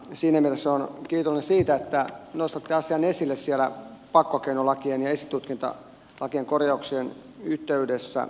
siinä mielessä olen kiitollinen siitä että nostatte asian esille siellä pakkokeinolakien ja esitutkintalakien korjauksen yhteydessä